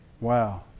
Wow